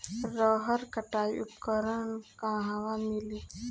रहर कटाई उपकरण कहवा मिली?